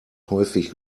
häufig